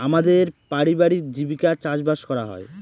আমাদের পারিবারিক জীবিকা চাষবাস করা হয়